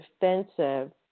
defensive